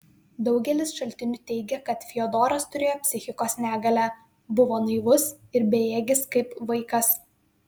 daugelis šaltinių teigia kad fiodoras turėjo psichikos negalę buvo naivus ir bejėgis kaip vaikas